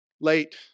late